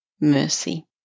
mercy